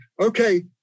okay